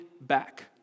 back